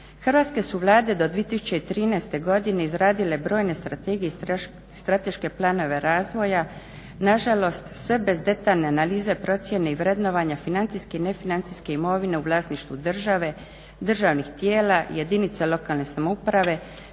Hrvatske su vlade do 2013. godine izradile brojne strategije i strateške planove razvoja, nažalost sve bez detaljne analize procjene i vrednovanja, financijske i nefinancijske imovine u vlasništvu države, državnih tijela, jedinica lokalne samouprave,